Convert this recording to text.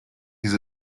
his